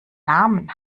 namen